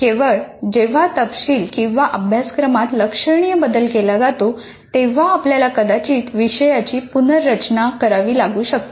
केवळ जेव्हा तपशील किंवा अभ्यासक्रमात लक्षणीय बदल केला जातो तेव्हा आपल्याला कदाचित विषयाची पुनर्रचना करावी लागू शकते